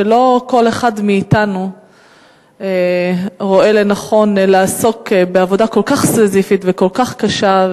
ולא כל אחד מאתנו רואה לנכון לעסוק בעבודה כל כך סיזיפית וכל כך קשה,